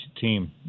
team